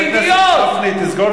ב"ידיעות"?